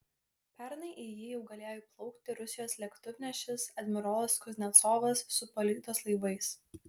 pernai į jį jau galėjo įplaukti rusijos lėktuvnešis admirolas kuznecovas su palydos laivais